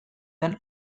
den